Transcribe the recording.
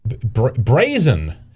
brazen